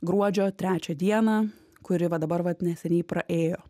gruodžio trečią dieną kuri va dabar vat neseniai praėjo